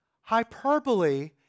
hyperbole